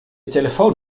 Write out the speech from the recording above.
telefoon